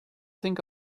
think